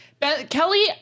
Kelly